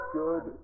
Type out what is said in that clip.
good